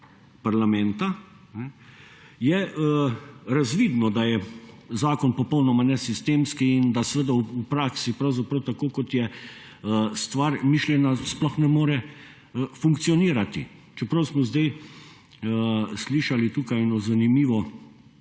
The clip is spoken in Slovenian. parlamenta, je razvidno, da je zakon popolnoma nesistemski in da v praksi tako kot je stvar mišljena sploh ne more funkcionirati, čeprav smo zdaj slišali tukaj eno zanimivo